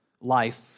life